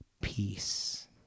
peace